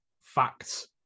facts